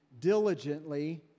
diligently